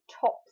tops